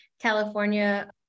California